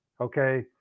Okay